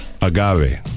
Agave